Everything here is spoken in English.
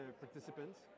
participants